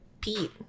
pete